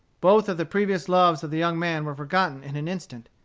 both of the previous loves of the young man were forgotten in an instant.